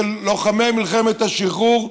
לוחמי מלחמת השחרור,